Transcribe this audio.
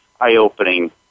eye-opening